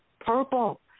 Purple